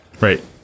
Right